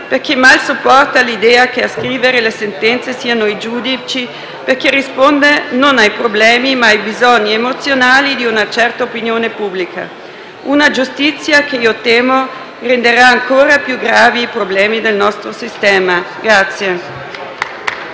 perché mal sopporta l'idea che a scrivere le sentenze siano i giudici e perché risponde non ai problemi ma ai bisogni emozionali di una certa opinione pubblica. Una giustizia che - temo - renderà ancora più gravi i problemi del nostro sistema.